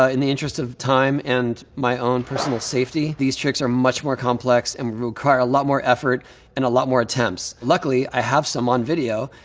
ah in the interest of time and my own personal safety, these tricks are much more complex and will require a lot more effort and a lot more attempts. luckily, i have some on video,